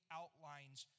outlines